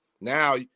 now